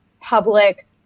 public